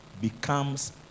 becomes